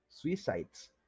Suicides